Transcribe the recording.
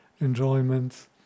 enjoyment